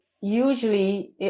usually